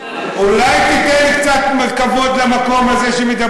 אני שומע